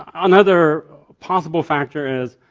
another possible factor is,